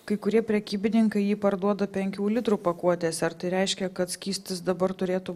kai kurie prekybininkai jį parduoda penkių litrų pakuotėse ar tai reiškia kad skystis dabar turėtų